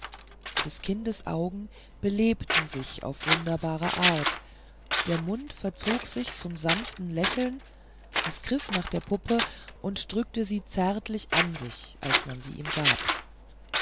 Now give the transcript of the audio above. des kindes augen belebten sich auf wunderbare art der mund verzog sich zum sanften lächeln es griff nach der puppe und drückte sie zärtlich an sich als man sie ihm gab